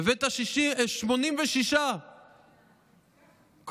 והבאת 86 קולות.